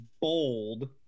Bold